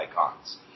icons